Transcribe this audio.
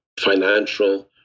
financial